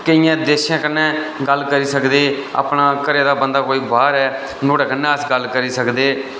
केइयें देशें कन्नै गल्ल करी सकदे अपना घरै दा बंदा कोई बाह्र ऐ नुआढ़े कन्ने अस गल्ल करी सकदे